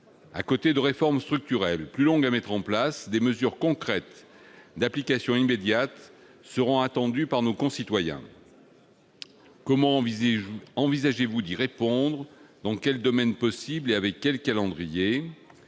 À côté de réformes structurelles plus longues à mettre en place, des mesures concrètes d'application immédiate seront attendues par nos concitoyens. Comment envisagez-vous d'y répondre, dans quels domaines et selon quel calendrier ?